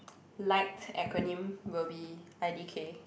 liked acronym will be i_d_k